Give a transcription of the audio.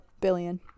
billion